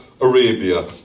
Arabia